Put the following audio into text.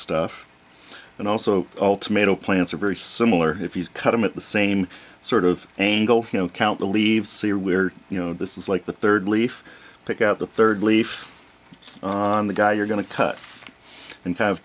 stuff and also all tomato plants are very similar if you cut them at the same sort of angle you know count the leaves see where you know this is like the third leaf pick out the third leaf on the guy you're going to cut and ha